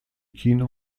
kino